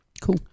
Cool